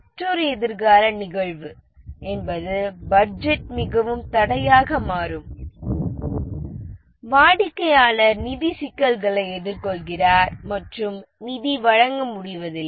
மற்றொரு எதிர்கால நிகழ்வு என்பது பட்ஜெட் மிகவும் தடையாக மாறும் வாடிக்கையாளர் நிதி சிக்கல்களை எதிர்கொள்கிறார் மற்றும் நிதி வழங்க முடிவதில்லை